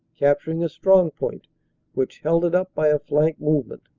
capturing a strong point which held it up by a flank movement,